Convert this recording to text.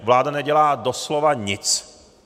Vláda nedělá doslova nic.